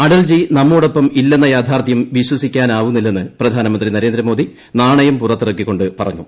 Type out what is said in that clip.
അടൽജി നമ്മോടൊപ്പം ഇല്ലെന്ന യാഥാർത്ഥൃം വിശ്വസിക്കാനാവുന്നില്ലെന്ന് പ്രധാനമന്ത്രി നരേന്ദ്രമോദി നാണയം പുറത്തിറക്കികൊ ് പറഞ്ഞു